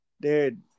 Dude